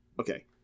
Okay